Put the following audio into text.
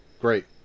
Great